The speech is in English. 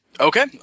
Okay